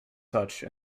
such